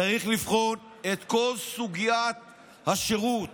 צריך לבחון את כל סוגיית השירות